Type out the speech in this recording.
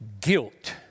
guilt